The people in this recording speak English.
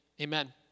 amen